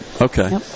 Okay